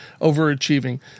overachieving